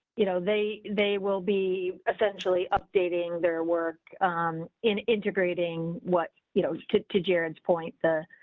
you know, they, they will be essentially updating their work in integrating what you know to john's point the,